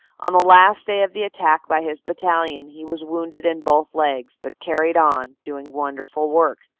on the last day of the attack by his battalion, he was wounded in both legs, but carried on, doing wonderful work.